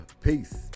Peace